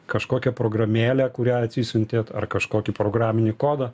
kažkokią programėlę kurią atsisiuntėt ar kažkokį programinį kodą